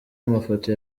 amafoto